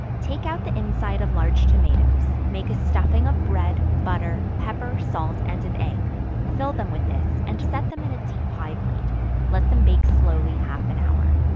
take out the inside of large tomatoes, make a stuffing of bread, butter, pepper, salt and an egg fill them with this, and set them in a deep pie-plate let them bake slowly half an hour.